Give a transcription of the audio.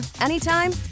anytime